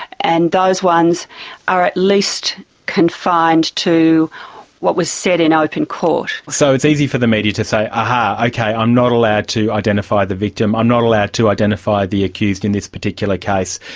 and those ones are at least confined to what was said in open court. so it's easy for the media to say, aha, okay, i'm not allowed to identify the victim, i'm not allowed to identify the accused in this particular case,